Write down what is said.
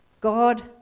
God